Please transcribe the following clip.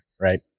right